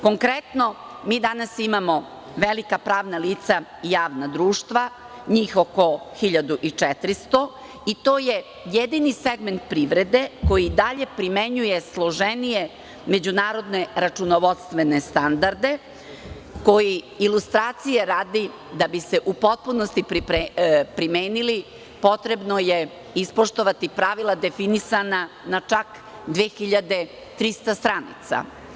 Konkretno, danas imamo velika pravna lica i javna društva, njih oko 1400 i to je jedini segment privrede koji dalje primenjuje složenije međunarodne računovodstvene standarde koji, ilustracije radi, da bi se u potpunosti primenili potrebno je ispoštovati pravila definisana na čak 2300 stranica.